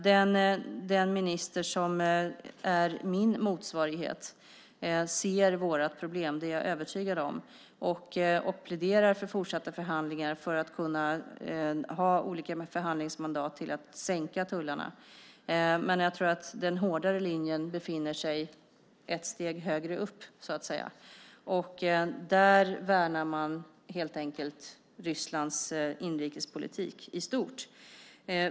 Den minister som är min motsvarighet ser vårt problem, det är jag övertygad om, och pläderar för fortsatta förhandlingar för att kunna ha olika förhandlingsmandat för att sänka tullarna. Men jag tror att den hårdare linjen befinner sig ett steg högre upp, så att säga, och där värnar man helt enkelt Rysslands inrikespolitik i stort.